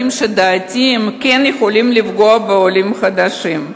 שלדעתי כן יכולים לפגוע בעולים חדשים.